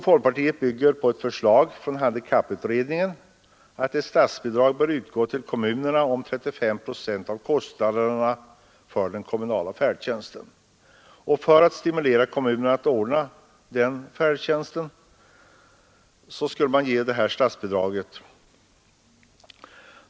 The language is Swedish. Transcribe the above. Motionen bygger på ett förslag från handikapputredningen om att ett statsbidrag skall utgå till kommunerna om 35 procent av kostnaderna för den kommunala färdtjänsten för att stimulera dem att ordna sådan.